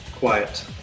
Quiet